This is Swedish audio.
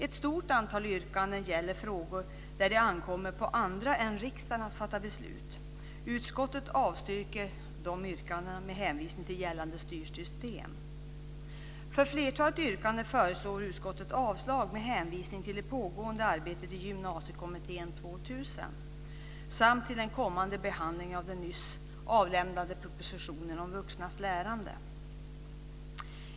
Ett stort antal yrkanden gäller frågor där det ankommer på andra än riksdagen att fatta beslut. Utskottet avstyrker de yrkandena med hänvisning till gällande styrsystem. För flertalet yrkanden föreslår utskottet avslag med hänvisning till det pågående arbetet i Gymnasiekommittén 2000 samt till den kommande behandlingen av den nyss avlämnade propositionen om vuxnas lärande.